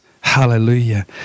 Hallelujah